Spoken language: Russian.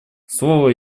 слово